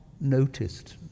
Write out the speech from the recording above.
noticed